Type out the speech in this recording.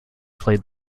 played